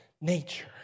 nature